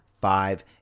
five